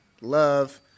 love